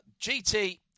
GT